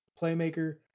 playmaker